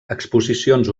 exposicions